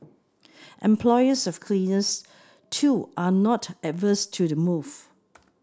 employers of cleaners too are not averse to the move